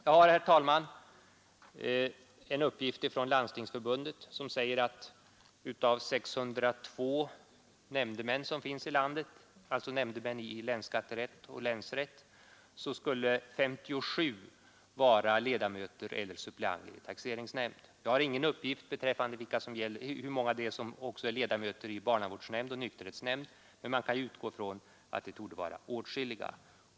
Jag har, herr talman, en uppgift från Landstingsförbundet som säger att av 602 nämndemän som finns i landet — det är alltså nämndemän i länsskatterätter och länsrätter — skulle 57 vara ledamöter eller suppleanter i taxeringsnämnd. Jag har ingen uppgift på hur många det är som också är ledamöter av barnavårdsnämnd och nykterhetsnämnd, men man kan utgå från att det torde vara åtskilliga.